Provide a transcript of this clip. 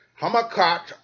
hamakat